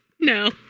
No